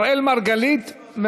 אראל מרגלית,